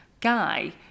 guy